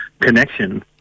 connection